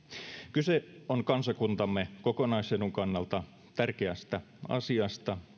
kyse on kansakuntamme kokonaisedun kannalta tärkeästä asiasta